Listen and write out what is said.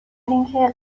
اینکه